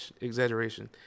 exaggeration